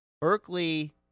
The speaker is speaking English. Berkeley